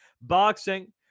boxing